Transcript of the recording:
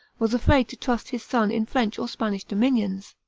was afraid to trust his son in french or spanish dominions.